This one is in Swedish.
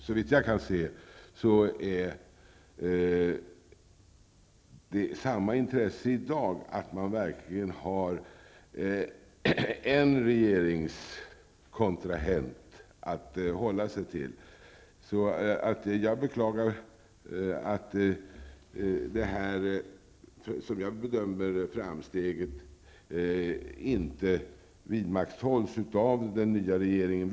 Såvitt jag kan se finns samma intresse i dag av att man har en regeringskontrahent att hålla sig till. Jag beklagar att det här, som jag bedömer det, framsteget inte vidmakthålls av den nya regeringen.